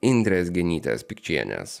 indrės genytės pikčienės